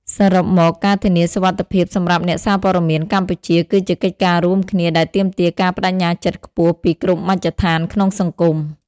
សរុបមក ការធានាសុវត្ថិភាពសម្រាប់អ្នកសារព័ត៌មានកម្ពុជា គឺជាកិច្ចការរួមគ្នាដែលទាមទារការប្តេជ្ញាចិត្តខ្ពស់ពីគ្រប់មជ្ឈដ្ឋានក្នុងសង្គម។